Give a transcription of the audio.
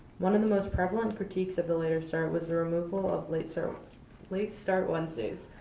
one of the most prevalent critiques of the later start was the removal of late so late start wednesdays.